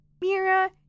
Mira